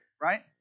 right